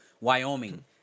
Wyoming